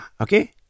okay